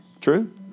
True